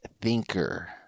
thinker